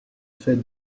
fait